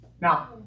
Now